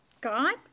God